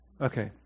Okay